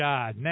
God